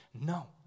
No